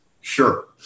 Sure